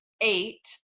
eight